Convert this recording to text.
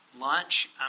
lunch